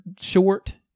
short